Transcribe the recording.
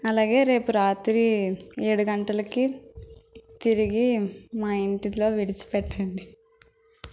అలాగే రేపు రాత్రి ఏడు గంటలకి తిరిగి మా ఇంటిలో విడిచిపెట్టండి